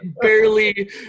barely